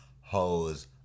hoes